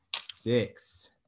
six